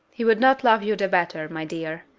he would not love you the better, my dear,